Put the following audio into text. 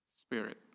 spirit